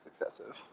excessive